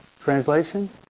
Translation